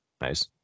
Nice